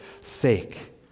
sake